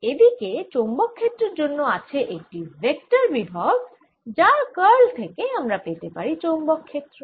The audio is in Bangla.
এদিকে চৌম্বক ক্ষেত্রের জন্য আছে একটি ভেক্টর বিভব যার কার্ল থেকে আমরা পেতে পারি চৌম্বক ক্ষেত্র